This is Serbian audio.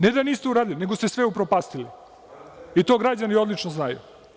Ne da niste uradili, nego ste sve upropastili i to građani odlično znaju.